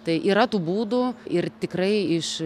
tai yra tų būdų ir tikrai iš